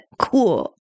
cool